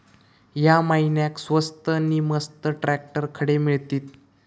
या महिन्याक स्वस्त नी मस्त ट्रॅक्टर खडे मिळतीत?